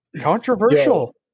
controversial